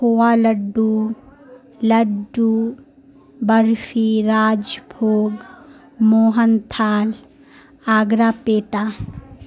کووا laddu laddu barfi rajbhog mohanthal Agra petha